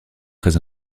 très